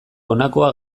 honakoa